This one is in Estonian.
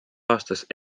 aastast